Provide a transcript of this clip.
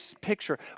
picture